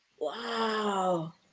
Wow